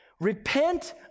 repent